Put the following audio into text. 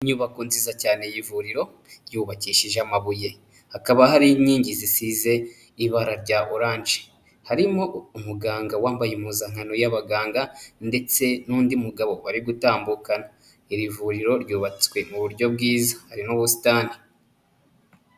Inyubako nziza cyane y'ivuriro yubakishije amabuye, hakaba hariho inkingi zisize ibara rya oranje, harimo umuganga wambaye impuzankano y'abaganga, ndetse n'undi mugabo bari gutambukana. Iri vuriro ryubatswe mu buryo bwiza, hari n'ubusitani.